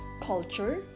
culture